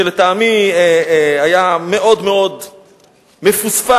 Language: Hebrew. שלטעמי היה מאוד מאוד מפוספס,